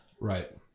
right